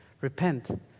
Repent